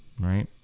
right